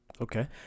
Okay